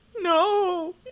no